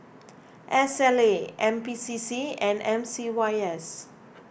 S L A N P C C and M C Y S